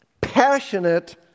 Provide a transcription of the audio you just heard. passionate